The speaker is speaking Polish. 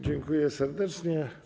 Dziękuję serdecznie.